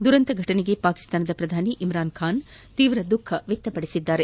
ದುರಂತ ಘಟನೆಗೆ ಪಾಕಿಸ್ತಾನದ ಪ್ರಧಾನಿ ಇಮ್ರಾನ್ ಖಾನ್ ತೀವ್ರ ದುಖ ವ್ಯಕ್ತಪಡಿಸಿದ್ದಾರೆ